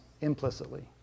implicitly